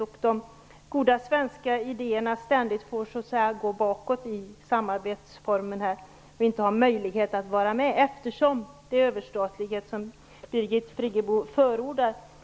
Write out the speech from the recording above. Det kan bli så att de goda svenska idéerna ständigt får gå bakåt i samarbetsformen om vi inte har möjlighet att vara med. Det är ju överstatlighet Birgit Friggebo förordar.